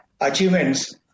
achievements